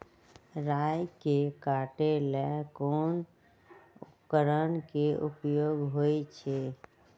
राई के काटे ला कोंन उपकरण के उपयोग होइ छई?